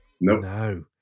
No